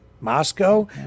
Moscow